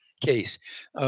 case